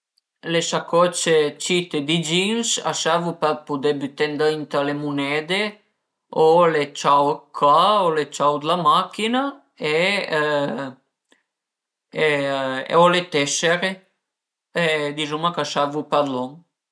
Le sacocie cite di jeans a servu për pudé büté ëndrinta le munede o le ciau d'ca o le ciau d'la machin-a e o le tessere e dizuma ch'a servu për lon